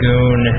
Goon